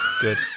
Good